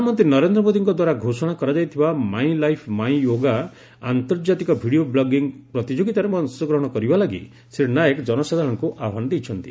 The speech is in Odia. ପ୍ରଧାନମନ୍ତ୍ରୀ ନରେନ୍ଦ୍ର ମୋଦୀଙ୍କ ଦ୍ୱାରା ଘୋଷଣା କରାଯାଇଥିବା ମାଇଁ ଲାଇଫ୍ ମାଇଁ ୟୋଗା ଆନ୍ତର୍ଜାତିକ ଭିଡ଼ିଓ ବ୍ଲଗିଙ୍ଗ୍ ପ୍ରତିଯୋଗିତାରେ ଅଂଶ ଗ୍ରହଣ କରିବା ଲାଗି ଶ୍ରୀ ନାୟକ ଜନସାଧାରଣଙ୍କୁ ଆହ୍ଠାନ ଦେଇଛନ୍ତି